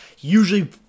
Usually